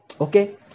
Okay